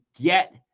get